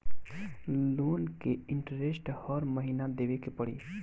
Loan के interest हर महीना देवे के पड़ी?